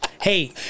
Hey